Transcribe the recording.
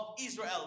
Israel